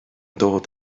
dod